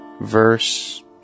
verse